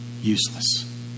useless